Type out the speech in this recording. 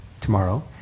tomorrow